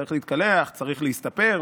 צריך להתקלח, צריך להסתפר.